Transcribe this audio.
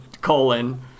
colon